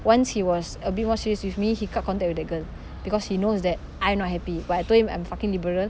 once he was a bit more serious with me he cut contact with that girl because he knows that I'm not happy but I told him I'm fucking liberal